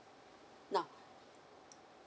now